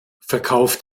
verkauft